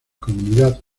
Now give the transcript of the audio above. comunidad